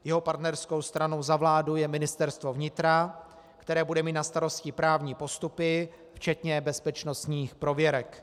Jeho partnerskou stranou za vládu je Ministerstvo vnitra, které bude mít na starosti právní postupy včetně bezpečnostních prověrek.